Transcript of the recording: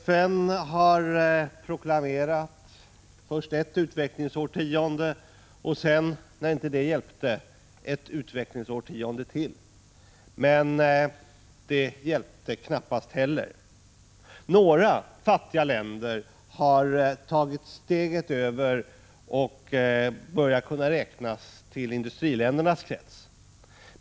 FN har proklamerat först ett utvecklingsårtionde och sedan — när det inte hjälpte — ett utvecklingsårtionde till, men det hjälpte knappast heller. Några fattiga länder har tagit steget över och börjat kunna räknas till industriländernas krets.